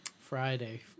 Friday